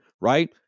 right